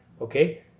okay